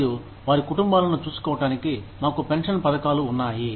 మరియు వారి కుటుంబాలను చూసుకోవటానికి మాకు పెన్షన్ పథకాలు ఉన్నాయి